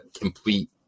complete